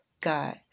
God